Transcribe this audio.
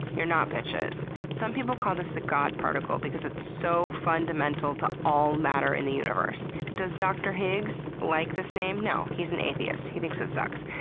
you're not bitches. some people call this the god particle because it's so fundamental to all matter in the universe. does dr. higgs like this name? no. he's an atheist and he thinks it sucks.